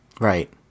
right